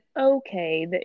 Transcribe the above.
okay